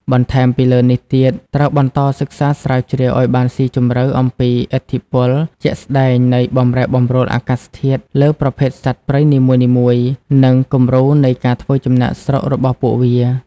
បន្ថែមពីលើនេះទៀត ត្រូវបន្តសិក្សាស្រាវជ្រាវអោយបានស៊ីជម្រៅអំពីឥទ្ធិពលជាក់ស្តែងនៃបម្រែបម្រួលអាកាសធាតុលើប្រភេទសត្វព្រៃនីមួយៗ និងគំរូនៃការធ្វើចំណាកស្រុករបស់ពួកវា។